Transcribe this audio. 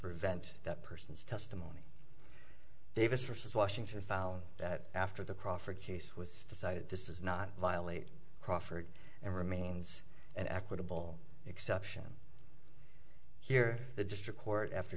prevent that person's testimony davis washington found that after the crawford case was decided this is not violate crawford and remains an equitable exception here the district court after